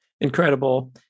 Incredible